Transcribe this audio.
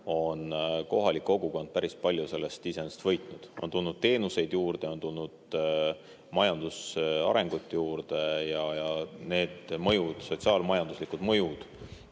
on kohalik kogukond päris palju sellest iseenesest võitnud. On tulnud teenuseid juurde, on tulnud majandusarengut juurde ja nende mõjude, sotsiaal-majanduslike mõjude